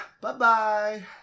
bye-bye